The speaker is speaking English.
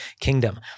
Kingdom